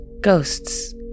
Ghosts